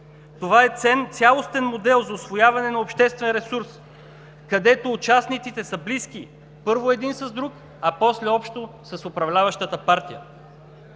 това е цялостен модел за усвояване на обществен ресурс, където участниците са близки – първо, един с друг, а после – общо с управляващата партия.